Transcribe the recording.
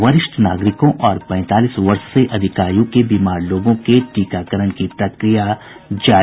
वरिष्ठ नागरिकों और पैंतालीस वर्ष से अधिक आयु के बीमार लोगों के टीकाकरण की प्रक्रिया जारी